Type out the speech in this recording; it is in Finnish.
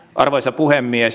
arvoisa puhemies